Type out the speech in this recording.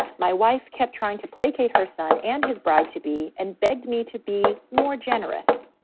my wife kept trying to placate her son and his bride to be and begged me to be more generous.